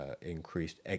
increased